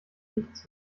nichts